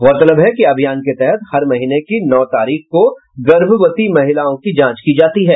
गौरतलब है कि अभियान के तहत हर महीने की नौ तारीख को गर्भवती महिलाओं की जांच की जाती है